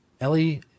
Ellie